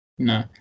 No